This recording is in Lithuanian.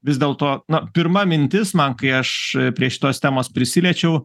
vis dėlto na pirma mintis man kai aš prie šitos temos prisiliečiau